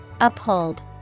Uphold